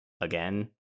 again